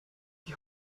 die